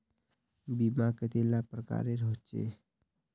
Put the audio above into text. बीमा कतेला प्रकारेर होचे?